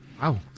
Wow